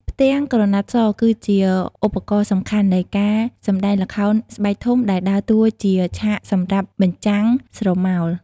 ផ្ទាំងក្រណាត់ស គឺជាឧបករណ៍សំខាន់នៃការសម្តែងល្ខោនស្បែកធំ ដែលដើរតួជាឆាកសម្រាប់បញ្ចាំងស្រមោល។